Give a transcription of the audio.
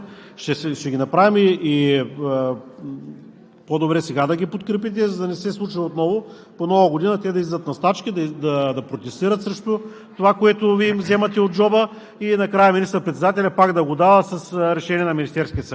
Аз Ви казвам, че ние тези предложения ще ги направим още веднъж със Закона за държавния бюджет, когато се внася, ще ги направим, и по-добре сега да ги подкрепите, за да не се случва отново по Нова година те да излизат на стачки, да протестират срещу